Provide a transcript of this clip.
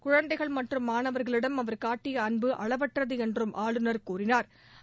குழந்தைகள் மற்றும் மாணவர்களிடம் அவர் காட்டிய அன்பு அளவற்றது என்றும் ஆளுநர் கூறினாா்